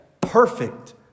perfect